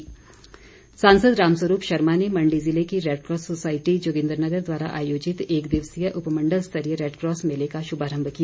रामस्वरूप सांसद रामस्वरूप शर्मा ने मंडी जिले की रेडकॉस सोसाईटी जोगिन्द्रनगर द्वारा आयोजित एक दिवसीय उपमंडल स्तरीय रेडकॉस मेले का शुभारंभ किया